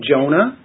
Jonah